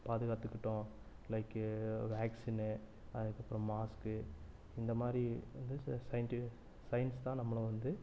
பாதுகாத்துக்கிட்டோம் like vaccine அதற்கப்பறம் mask இந்த மாரி வந்து ச சைன்ட்டி சைன்ஸ் தான் நம்மளை வந்து